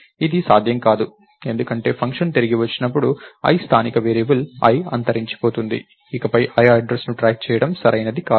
ఇది సాధ్యం కాదు ఎందుకంటే ఫంక్షన్ తిరిగి వచ్చినప్పుడు i స్థానిక వేరియబుల్ i అంతరించిపోతుంది ఇకపై i అడ్రస్ ను ట్రాక్ చేయడం సరైనది కాదు